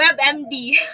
webmd